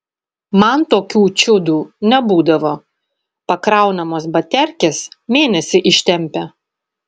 man tokių čiudų nebūdavo pakraunamos baterkės mėnesį ištempia